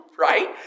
Right